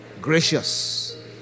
gracious